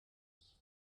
das